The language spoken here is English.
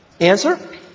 Answer